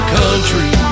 country